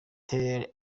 tel